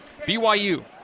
BYU